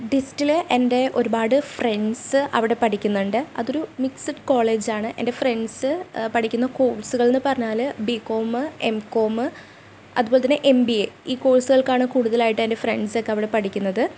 ഡിസ്റ്റിലെ എൻ്റെ ഒരുപാട് ഫ്രെണ്ട്സ്സ് അവിടെ പഠിക്കുന്നുണ്ട് അതൊരു മിക്സഡ് കോളേജ് ആണ് എൻ്റെ ഫ്രെണ്ട്സ്സ് പഠിക്കുന്ന കോഴ്സുകളെന്ന് പറഞ്ഞാൽ ബികോമ് എംകോമ് അതുപോലെ തന്നെ എംബീഎ ഈ കോഴ്സുൾക്കാണ് കൂടുതലായിട്ട് എൻ്റെ ഫ്രെണ്ട്സൊക്കെ അവിടെ പഠിക്കുന്നത്